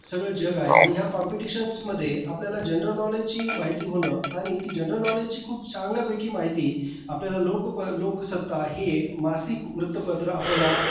सगळं जग आहे आणि ह्या कॉम्पिटिशन्समध्ये आपल्याला जनरल नॉलेजची माहिती होणं आणि ती जनरल नॉलेजची खूप चांगल्यापैकी माहिती आपल्या आपल्याला लोक लोकसत्ता हे मासिक वृत्तपत्र आपल्याला